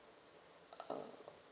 uh